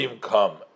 come